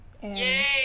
Yay